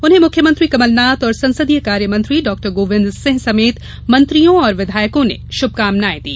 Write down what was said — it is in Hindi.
उन्हें मुख्यमंत्री कमलनाथ और संसदीय कार्य मंत्री डॉ गोविंद सिंह समेत मंत्रियों और विधायकों ने श्भकामनाएं दी